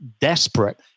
desperate